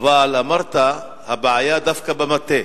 אמרת שהבעיה היא דווקא במטה.